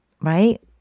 right